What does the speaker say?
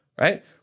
right